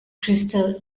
crystal